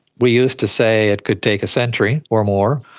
we used to say it could take a century or more.